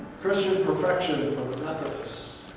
christian perfection and for the methodists.